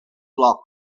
flock